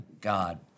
God